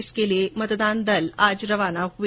इसके लिए मतदान दल आज रवाना हुए